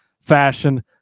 fashion